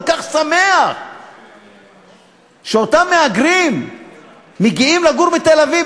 כך שמח שאותם מהגרים מגיעים לגור בתל-אביב,